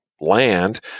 land